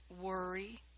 worry